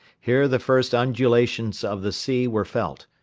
here the first undulations of the sea were felt,